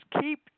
keep